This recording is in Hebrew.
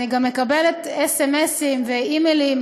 אני גם מקבלת סמ"סים ואימיילים